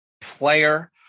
player